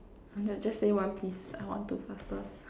hurry up just say one please I want to faster